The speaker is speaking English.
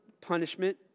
punishment